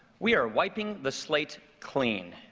we are wiping the slate clean.